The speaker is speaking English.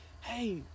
Hey